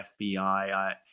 FBI